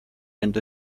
and